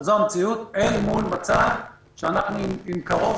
זו המציאות אל מול מצב שאנחנו עם קרוב